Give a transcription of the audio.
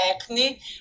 acne